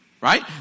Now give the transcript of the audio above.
Right